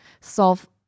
solve